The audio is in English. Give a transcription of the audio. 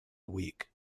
week